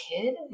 kid